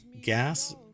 gas